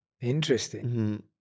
Interesting